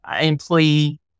employee